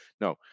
no